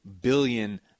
billion